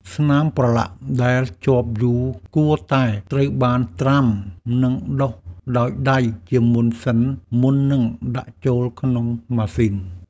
ស្នាមប្រឡាក់ដែលជាប់យូរគួរតែត្រូវបានត្រាំ និងដុសដោយដៃជាមុនសិនមុននឹងដាក់ចូលក្នុងម៉ាស៊ីន។